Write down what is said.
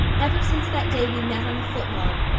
ever since that day we met on the footlog,